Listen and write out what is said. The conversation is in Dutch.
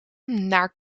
naar